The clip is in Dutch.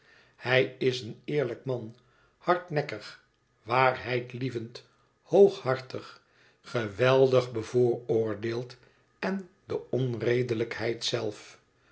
hij is eén eerlijk man hardnekkig waarheidlievend hooghartig geweldig bevooroordeeld en de onredelijkheid x zelf